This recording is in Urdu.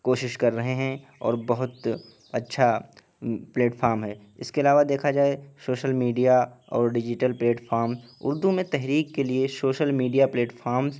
کوشش کر رہے ہیں اور بہت اچّھا پلیٹفارم ہے اس کے علاوہ دیکھا جائے شوشل میڈیا اور ڈیجیٹل پلیٹ فارم اردو میں تحریک کے لیے شوشل میڈیا پلیٹ فارمس